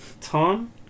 Tom